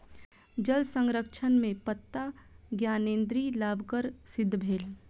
जल संरक्षण में पत्ता ज्ञानेंद्री लाभकर सिद्ध भेल